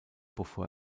bevor